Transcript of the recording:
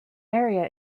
area